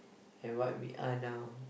and what we are now